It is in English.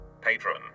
Patron